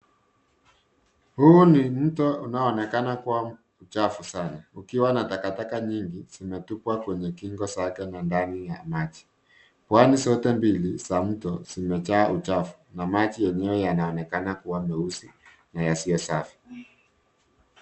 Huu ni mto unaonekana ukiwa mchafu sana ukiwa na takataka nyingi zimetupwa kwenye kingo zake na ndani ya maji. Wani zote mbili za mto zimejaa uchafu na maji yanaonekana kuwa meusi na yasiyo safi.